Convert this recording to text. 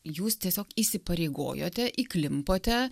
jūs tiesiog įsipareigojote įklimpote